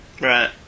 Right